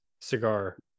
cigar